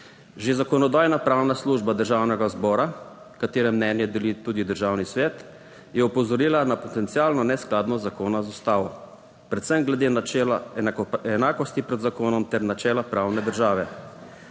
Že Zakonodajno-pravna služba Državnega zbora, katere mnenje deli tudi Državni svet, je opozorila na potencialno neskladnost zakona z Ustavo, predvsem glede načela enakosti pred zakonom ter načela pravne države.